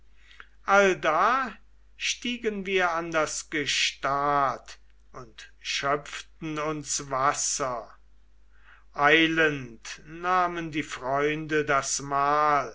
allda stiegen wir an das gestad und schöpften uns wasser eilend nahmen die freunde das mahl